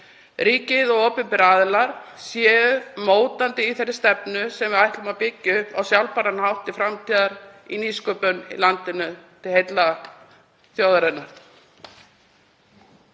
ríkið og opinberir aðilar séu mótandi í þeirri stefnu sem við ætlum að byggja upp á sjálfbæran hátt til framtíðar í nýsköpun í landinu, þjóðinni